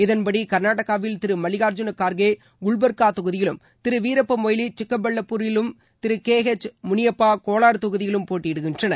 இதன்படி கர்நாடகாவில் திரு மல்லிகார்ஜுன கார்கே குல்பர்கா தொகுதியிலும் வீரப்ப மொய்லி சிக்கபல்வபூரிலும் திரு கே ஹெச் முனியப்பா கோலார் தொகுதியிலும் போட்டியிடுகின்றனர்